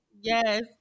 Yes